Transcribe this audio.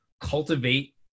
cultivate